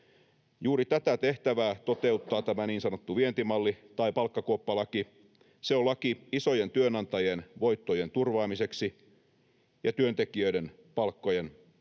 Juuri tätä tehtävää toteuttaa tämä niin sanottu vientimalli tai palkkakuoppalaki. Se on laki isojen työnantajien voittojen turvaamiseksi ja työntekijöiden palkkojen alentamiseksi.